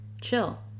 chill